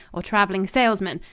or traveling salesmen,